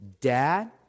dad